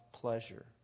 pleasure